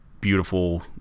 beautiful